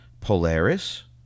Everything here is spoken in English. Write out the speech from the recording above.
Polaris